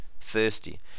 thirsty